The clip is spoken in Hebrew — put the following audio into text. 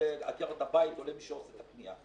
לעקרת הבית או למי שעושה את הקנייה.